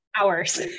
Hours